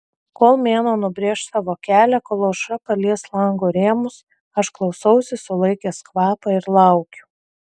kol mėnuo nubrėš savo kelią kol aušra palies lango rėmus aš klausausi sulaikęs kvapą ir laukiu